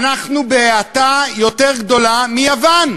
אנחנו בהאטה יותר גדולה מיוון.